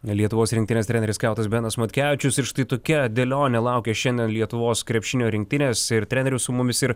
lietuvos rinktinės treneris skautas benas matkevičius ir štai tokia dėlionė laukia šiandien lietuvos krepšinio rinktinės ir trenerių su mumis ir